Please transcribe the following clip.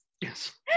Yes